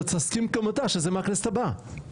רק תסכים גם אתה שזה מהכנסת הבאה.